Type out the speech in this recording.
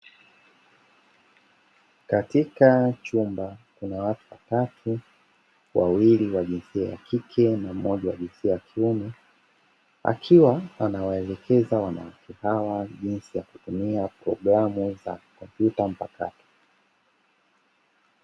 Katika chumba kuna watu tatu. Wawili wa jinsia ya kike na mmoja wa jinsia ya kiume. Akiwa anawaelekeza wanawake hawa jinsi ya kutumia programu za kompyuta mpakato.